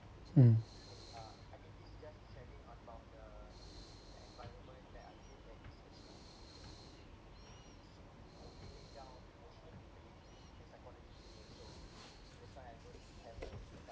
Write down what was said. mm